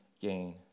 gain